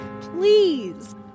please